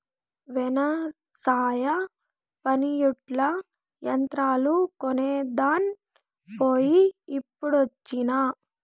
వెవసాయ పనిముట్లు, యంత్రాలు కొనేదాన్ పోయి ఇప్పుడొచ్చినా